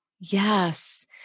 Yes